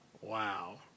Wow